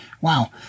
wow